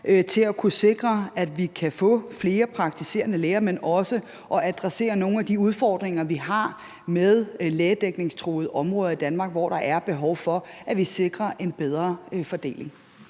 til at kunne sikre, at vi kan få flere praktiserende læger, men også adressere nogle af de udfordringer, vi har med lægedækningstruede områder i Danmark, hvor der er behov for, at vi sikrer en bedre fordeling.